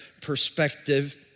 perspective